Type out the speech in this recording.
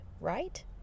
right